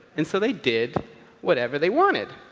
and so they did whatever they wanted.